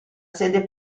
sede